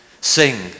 sing